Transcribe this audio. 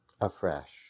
afresh